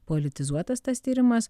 politizuotas tas tyrimas